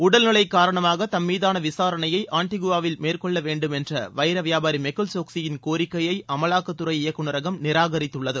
உடல்நிலை காரணமாக தம்மீதான விசாரணையை ஆன்டிகுவாவில் மேற்கொள்ள வேண்டும் என்ற வைர வியாபாரி மெகுல் சோக்ஸியின் கோரிக்கையை அமலாக்கத்துறை இயக்குநரகம் நிராகரித்துள்ளது